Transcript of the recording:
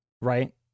right